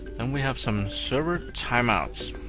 then we have some server time outs.